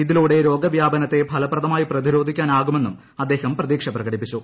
ഇതിലൂടെ രോഗവ്യാപനത്തെ ഫലപ്രദമായി പ്രതിരോധിക്കാനാകുമെന്നും അദ്ദേഹം പ്രതീക്ഷ പ്രകടിപ്പിച്ചു